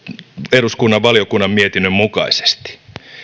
eduskunnan valiokunnan mietinnön mukaisesti